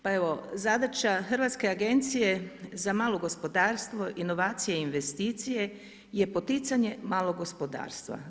Pa evo, zadaća Hrvatske agencije za malo gospodarstvo, inovacije i investicije je poticanje malog gospodarstva.